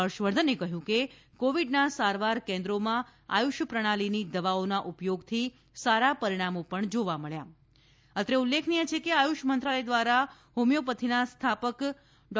હર્ષ વર્ધને કહ્યું કે કોવિડના સારવાર કેન્દ્રોમાં આયુષ પ્રણાલીની દવાઓનો ઉપયોગથી સારા પરિણામો પણ જોવા મળ્યા છે અત્રે ઉલ્લેખનીય છે કે આયુષ મંત્રાલય દ્વારા હોમિયોપેથીના સ્થાપક ડૉ